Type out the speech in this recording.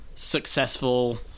Successful